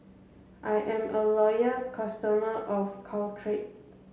I'm a loyal customer of Caltrate